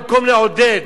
במקום לעודד,